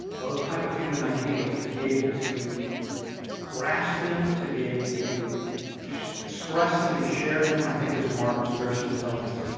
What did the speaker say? those type of human ideals, to be able to grasp them, to be able to express them and share them, i think is a mark of spiritual intelligence.